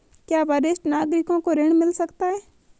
क्या वरिष्ठ नागरिकों को ऋण मिल सकता है?